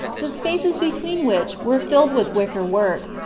the spaces between which were filled with wicker work,